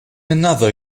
another